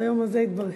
ביום הזה התברר.